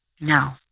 No